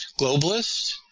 globalists